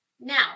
Now